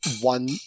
one